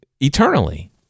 eternally